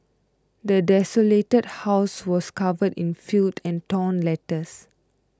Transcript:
the desolated house was covered in filth and torn letters